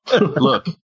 Look